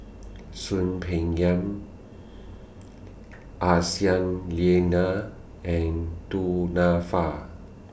Soon Peng Yam Aisyah Lyana and Du Nanfa